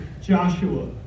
Joshua